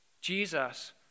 Jesus